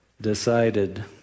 decided